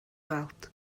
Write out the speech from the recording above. weld